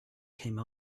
came